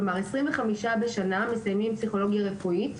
כלומר 25 בשנה מסיימים פסיכולוגיה רפואית,